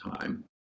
time